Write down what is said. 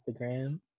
Instagram